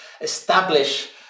establish